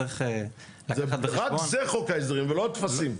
צריך לקחת בחשבון --- רק זה חוק ההסדרים ולא הטפסים.